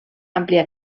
àmplia